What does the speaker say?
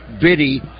Biddy